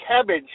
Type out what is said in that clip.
Cabbage